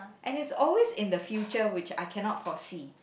and it's always in the future which I cannot foresee